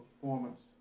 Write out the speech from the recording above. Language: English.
performance